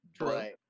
right